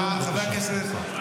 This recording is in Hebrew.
אתה צודק, חבר הכנסת ביטון.